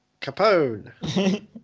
capone